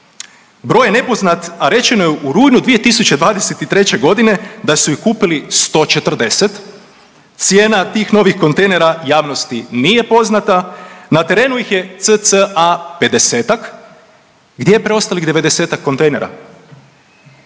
Broj je nepoznat, a rečeno je u rujnu 2023. godine da su ih kupili 140. Cijena tih novih kontejnera javnosti nije poznata. Na terenu ih je cca 50-ak. Gdje je preostalih 90-ak kontejnera,